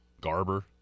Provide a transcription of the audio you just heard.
Garber